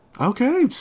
Okay